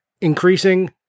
increasing